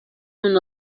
known